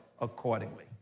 accordingly